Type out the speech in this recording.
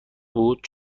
بود